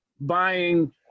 buying